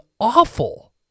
awful